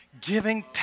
giving